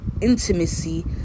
intimacy